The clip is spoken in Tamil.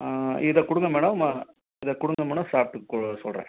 இதை கொடுங்க மேடம் இதை கொடுங்க மேடம் சாப்பிட்டுக் கொ சொல்கிறேன்